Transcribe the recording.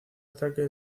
ataque